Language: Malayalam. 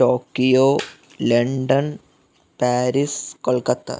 Tokyo London Paris Kolkata